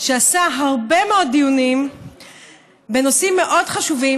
שעשה הרבה מאוד דיונים בנושאים מאוד חשובים